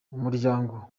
umuryango